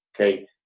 Okay